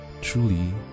truly